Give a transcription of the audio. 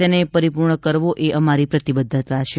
તેને પરિપૂર્ણ કરવો એ અમારી પ્રતિબદ્ધતા છે